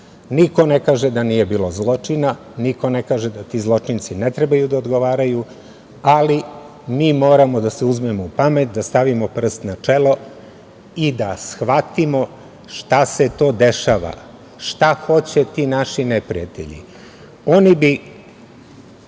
Niko ne kaže da nije bilo zločina, niko ne kaže da ti zločinci ne trebaju da odgovaraju, ali mi moramo da se uzmemo u pamet, da stavimo prst na čelo i da shvatimo šta se to dešava, šta hoće ti naši neprijatelji. Oni